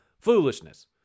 Foolishness